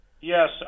Yes